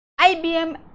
IBM